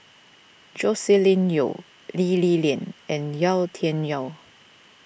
Joscelin Yeo Lee Li Lian and Yau Tian Yau